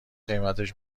قیمتش